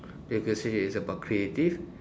they could say it's about creative